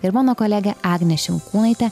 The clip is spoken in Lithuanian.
ir mano kolegė agnė šimkūnaitė